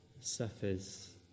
suffers